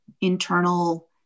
internal